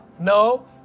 No